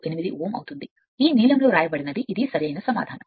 158 ohm అవుతుంది ఈ నీలం సిరా ఒకటి చూడండి ఇది సరైన సమాధానం